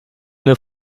mir